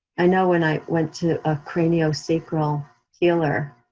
i know when i went to a craniosacral healer,